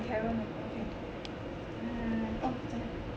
karen 了 okay um oh 讲